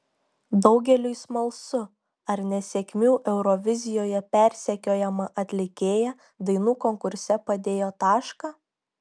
daugeliui smalsu ar nesėkmių eurovizijoje persekiojama atlikėja dainų konkurse padėjo tašką